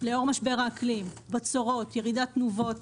לאור משבר האקלים, בצורות, ירידת תנובות,